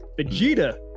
Vegeta